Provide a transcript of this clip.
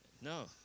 No